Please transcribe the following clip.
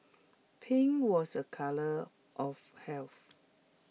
pink was A colour of health